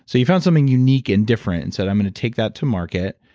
so you found something unique and different and so i'm going to take that to market,